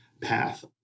path